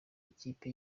ikipe